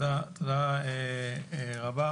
תודה רבה.